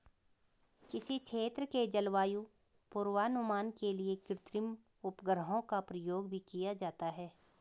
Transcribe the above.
किसी क्षेत्र के जलवायु पूर्वानुमान के लिए कृत्रिम उपग्रहों का प्रयोग भी किया जाता है